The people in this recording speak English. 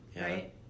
right